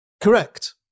Correct